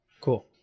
Cool